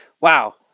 Wow